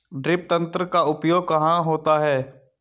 Drip तंत्र का उपयोग कहाँ होता है?